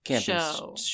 show